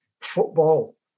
football